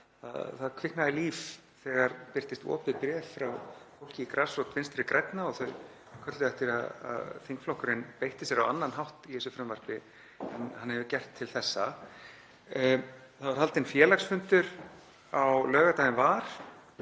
Það kviknaði líf þegar opið bréf birtist frá fólki í grasrót Vinstri grænna og þau kölluðu eftir að þingflokkurinn beitti sér á annan hátt í frumvarpinu en hann hefur gert til þessa. Það var haldinn félagsfundur á laugardaginn var